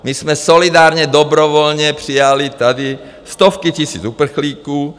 My jsme solidárně, dobrovolně přijali tady stovky tisíc uprchlíků.